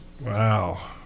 Wow